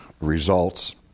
results